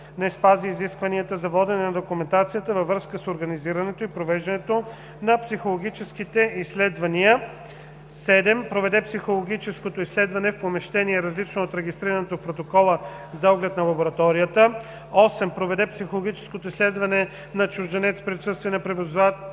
не спази изискванията за водене на документацията във връзка с организирането и провеждането на психологическите изследвания; 7. проведе психологическото изследване в помещение, различно от регистрираното в протокола за оглед на лабораторията; 8. проведе психологическо изследване на чужденец при отсъствие на преводач